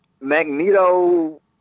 Magneto